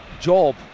job